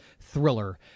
thriller